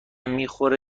میخوره